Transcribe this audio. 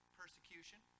persecution